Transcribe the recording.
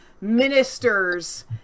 ministers